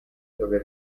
sobre